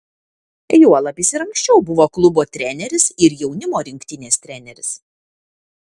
juolab jis ir anksčiau buvo klubo treneris ir jaunimo rinktinės treneris